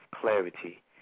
clarity